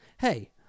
Hey